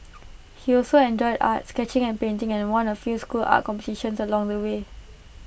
he also enjoyed art sketching and painting and won A few school art competitions along the way